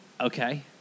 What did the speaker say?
Okay